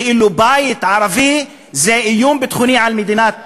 כאילו בית ערבי זה איום ביטחוני על מדינת ישראל,